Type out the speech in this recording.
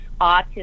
autism